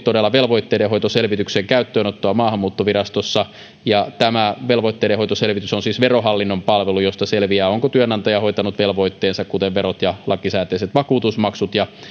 velvoitteidenhoitoselvityksen käyttöönottoa maahanmuuttovirastossa tämä velvoitteidenhoitoselvitys on siis verohallinnon palvelu josta selviää onko työnantaja hoitanut velvoitteensa kuten verot ja lakisääteiset vakuutusmaksut